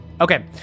Okay